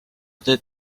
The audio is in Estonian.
teed